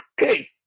case